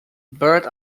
bird